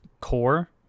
core